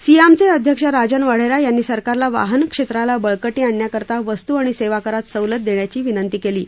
सियामचे अध्यक्ष राजन वाढेरा यांनी सरकारला वाहन क्षेत्राला बळकटी आणण्याकरता वस्तू सेवा करांत सवलत देण्याची विनंती केली आहे